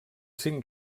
cinc